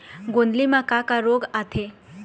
गोंदली म का का रोग आथे?